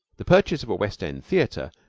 the purchase of a west-end theater,